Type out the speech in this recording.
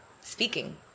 speaking